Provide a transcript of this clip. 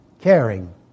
Caring